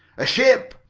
a ship!